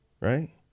right